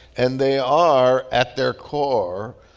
and they are, at their core,